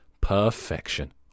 Perfection